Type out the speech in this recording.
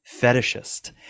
fetishist